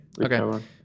Okay